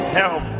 help